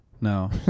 No